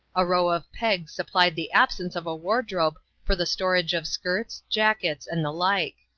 a row of pegs supplied the absence of a wardrobe for the storage of skirts, jackets and the like.